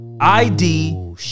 ID